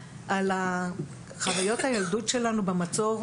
על החוויות הילדות שלנו במצור,